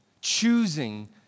choosing